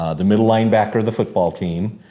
ah the middle linebacker, the football team,